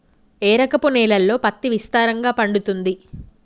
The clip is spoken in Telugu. ఏ రకపు నేలల్లో పత్తి విస్తారంగా పండుతది?